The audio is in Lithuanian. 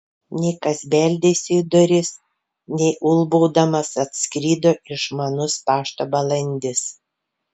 nei kas beldėsi į duris nei ulbaudamas atskrido išmanus pašto balandis